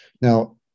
Now